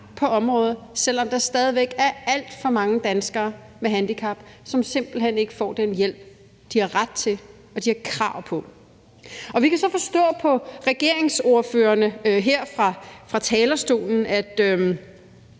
på området, selv om der stadig væk er alt for mange danskere med handicap, som simpelt hen ikke får den hjælp, de har ret til og krav på. Vi kan så forstå på de regeringsordførere, der har været på talerstolen, at